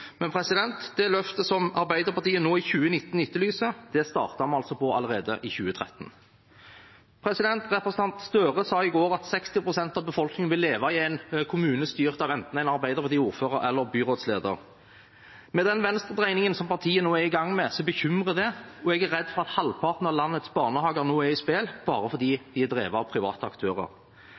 Men det løftet som Arbeiderpartiet nå i 2019 etterlyser, startet vi altså på allerede i 2013. Representanten Gahr Støre sa i går at 60 pst. av befolkningen vil leve i en kommune styrt av enten en arbeiderpartiordfører eller -byrådsleder. Med den venstredreiningen som partiet nå er i gang med, bekymrer det, og jeg er redd for at halvparten av landets barnehager nå er i spill bare fordi de er drevet av private aktører.